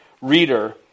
reader